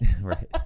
Right